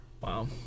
Wow